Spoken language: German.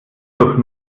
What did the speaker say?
durch